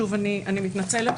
אני מתנצלת